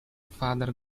father